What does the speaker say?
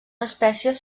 espècies